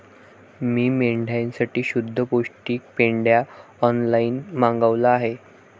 मी मेंढ्यांसाठी शुद्ध पौष्टिक पेंढा ऑनलाईन मागवला आहे